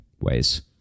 ways